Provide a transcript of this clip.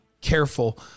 careful